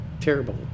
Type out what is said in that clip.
terrible